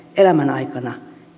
elämän aikana